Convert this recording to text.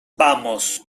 vamos